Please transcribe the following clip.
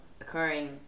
occurring